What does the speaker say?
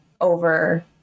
over